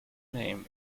name